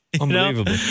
Unbelievable